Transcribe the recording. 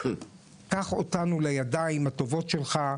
קח אותנו לידיים הטובות שלך,